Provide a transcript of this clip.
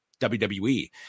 WWE